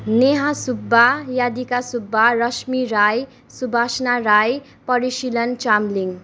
Neha Subba Yadika Subba Rashmi Rai Suwasana Rai Parisilan Chamling